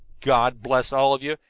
god bless all of you,